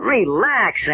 relax